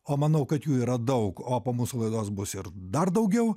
o manau kad jų yra daug o po mūsų laidos bus ir dar daugiau